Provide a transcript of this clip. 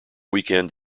weekend